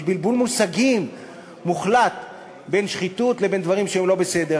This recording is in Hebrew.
יש בלבול מושגים מוחלט בין שחיתות לבין דברים שהם לא בסדר.